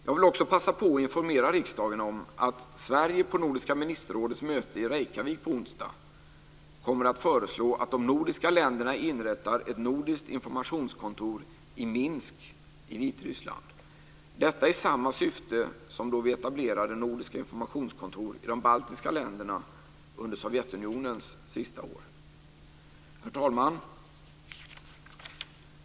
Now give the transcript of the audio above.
Jag vill också passa på och informera riksdagen om att Sverige på Nordiska ministerrådets möte i Reykjavik på onsdag kommer att föreslå att de nordiska länderna inrättar ett nordiskt informationskontor i Minsk i Vitryssland. Detta är i samma syfte som då vi etablerade nordiska informationskontor i de baltiska länderna under Sovjetunionens sista år. Herr talman!